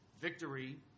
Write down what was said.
Victory